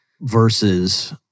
versus